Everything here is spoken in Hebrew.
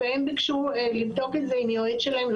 והם ביקשו לבדוק את זה עם יועץ שלהם,